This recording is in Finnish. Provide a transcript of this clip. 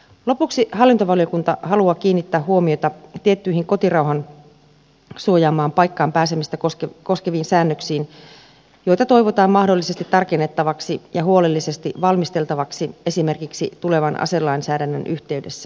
lopuksi hallintovaliokunta haluaa kiinnittää huomiota tiettyihin kotirauhan suojaamaan paikkaan pääsemistä koskeviin säännöksiin joita toivotaan mahdollisesti tarkennettavaksi ja huolellisesti valmisteltavaksi esimerkiksi tulevan aselainsäädännön yhteydessä